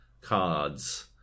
cards